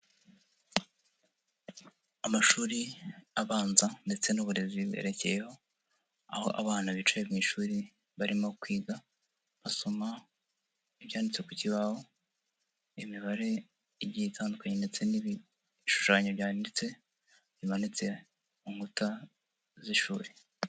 Amashuri abanza ndetse n'uburezi bwerekeyeho aho abana bicaye mu ishuri barimo kwiga basoma ibyanditse ku kibaho imibare igiye itandukanye ndetse n'ibishushanyo byanditse bimanitse mu nkuta z'ishuri.